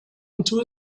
into